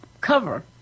cover